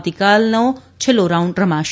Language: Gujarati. આવતીકાલતી છેલ્લો રાઉન્ડ રમાશે